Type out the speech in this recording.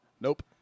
Nope